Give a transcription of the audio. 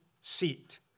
seat